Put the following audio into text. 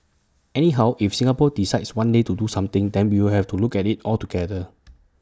anyhow if Singapore decides one day to do something then we'll have to look at IT altogether